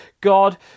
God